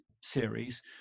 series